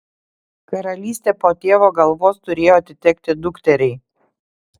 karalystė po tėvo galvos turėjo atitekti dukteriai